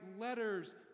letters